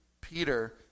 Peter